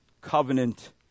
covenant